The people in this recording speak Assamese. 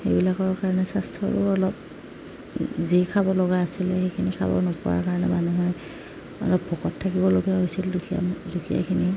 সেইবিলাকৰ কাৰণে স্বাস্থ্যৰো অলপ যি খাব লগা আছিলে সেইখিনি খাব নোপোৱাৰ কাৰণে মানুহে অলপ ভোকত থাকিবলগীয়া হৈছিল দুখীয়া দুখীয়াখিনি